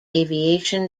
aviation